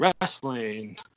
Wrestling